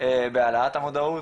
בהעלאת המודעות,